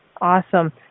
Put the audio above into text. Awesome